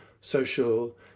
social